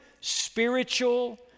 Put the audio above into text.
spiritual